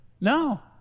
No